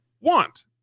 want